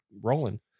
rolling